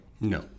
No